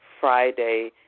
Friday